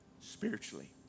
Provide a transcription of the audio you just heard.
spiritually